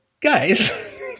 Guys